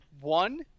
one